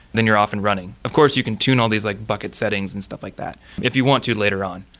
then you're off and running. of course, you can tune all these, like bucket settings and stuff like that if you want to later on.